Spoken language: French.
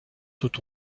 sont